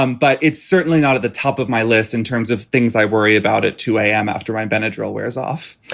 um but it's certainly not at the top of my list in terms of things i worry about it. two a m. after ryan benadryl wears off